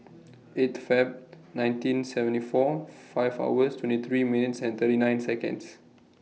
eight Feb nineteen seventy four five hours twenty three minutes and thirty nine Seconds